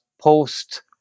post